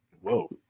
Whoa